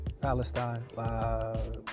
Palestine